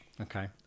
Okay